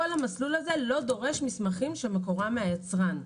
כל המסלול הזה לא דורש מסמכים שמקורם מהיצרן.